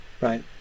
right